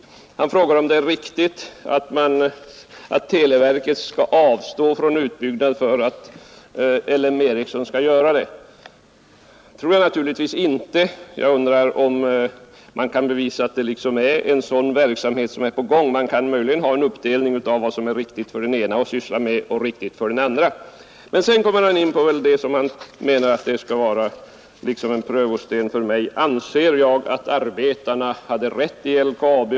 Herr Svensson frågar också om det är riktigt att televerket skall avstå från utbyggnad för att låta L M Ericsson göra den. Det tror jag naturligtvis inte. Jag undrar om man kan bevisa att en sådan verksamhet är på gång. Man kan möjligen ha en uppdelning i fråga om vad som är riktigt för den ene att syssla med och vad som är riktigt för den andre. Sedan kom herr Svensson in på det som han menar skall liksom vara en prövosten för mig. Anser jag att arbetarna hade rätt i LKAB?